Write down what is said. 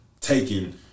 taking